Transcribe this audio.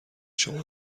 شما